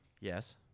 yes